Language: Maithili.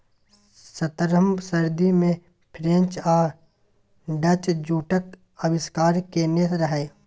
सतरहम सदी मे फ्रेंच आ डच जुटक आविष्कार केने रहय